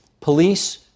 police